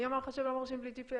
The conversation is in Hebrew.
מי אמר לך שהם לא מרשים בלי GPS?